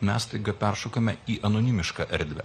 mes staiga peršokame į anonimišką erdvę